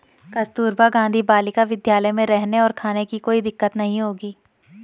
कस्तूरबा गांधी बालिका विद्यालय में रहने और खाने की कोई दिक्कत नहीं होगी